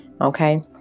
Okay